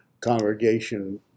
congregation